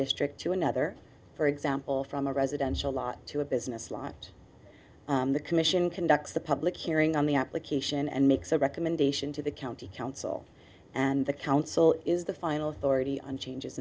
district to another for example from a residential lot to a business lot the commission conducts the public hearing on the application and makes a recommendation to the county council and the council is the final authority on changes